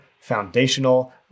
foundational